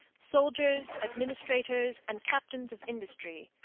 soldiers, administrators, and captains of industry,